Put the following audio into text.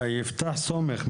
יפתח סומך,